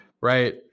right